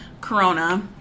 corona